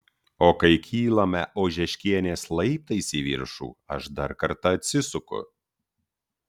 o kai kylame ožeškienės laiptais į viršų aš dar kartą atsisuku